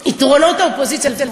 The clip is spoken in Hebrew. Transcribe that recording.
יתרונות האופוזיציה,